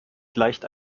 gleicht